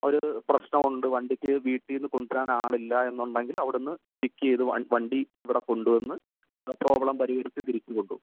അവർ പ്രശ്നം ഉണ്ട് വണ്ടിക്ക് വീട്ടിൽ നിന്ന് കൊണ്ടുവരാൻ ആൾ ഇല്ല എന്നുണ്ടെങ്കിൽ അവിടെ നിന്ന് പിക്ക് ചെയ്ത് വണ്ടി ഇവിടെ കൊണ്ടുവന്ന് ആ പ്രോബ്ലം പരിഹരിച്ച് തിരിച്ചു കൊണ്ടുപോവും